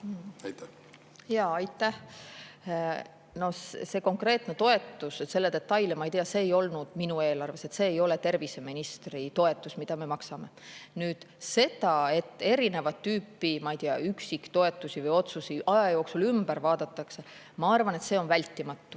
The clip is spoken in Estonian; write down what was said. Aitäh! Selle konkreetse toetuse detaile ma ei tea, see ei olnud minu eelarves, see ei ole terviseministri toetus, mida me maksame. Nüüd see, et erinevat tüüpi, ma ei tea, üksiktoetusi või otsuseid aja jooksul ümber vaadatakse, ma arvan, on vältimatu.